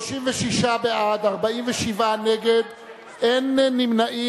36 בעד, 47 נגד, אין נמנעים.